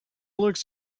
looks